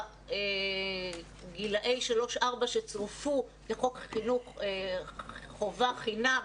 כל גילאי שלוש-ארבע שצורפו לחוק חינוך חובה חינם